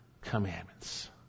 commandments